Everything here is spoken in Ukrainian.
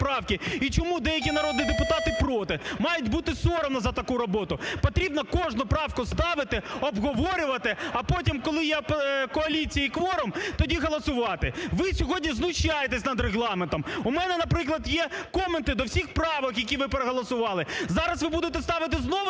правки і чому деякі народі депутати проти! Має бути соромно за таку роботу! Потрібно кожну правку ставити, обговорювати, а потім, коли є у коаліції кворум, тоді голосувати. Ви сьогодні знущаєтесь над Регламентом! У мене, наприклад, є коменти до всіх правок, які ми проголосували. Зараз ви будете ставити знову